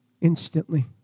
instantly